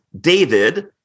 David